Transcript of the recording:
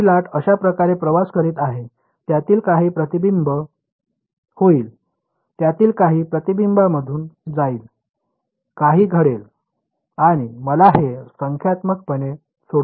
माझी लाट अशा प्रकारे प्रवास करीत आहे त्यातील काही प्रतिबिंबित होईल त्यातील काही प्रतिबिंबांमधून जाईल काही घडेल आणि मला हे संख्यात्मकपणे सोडवायचे आहे